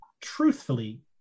truthfully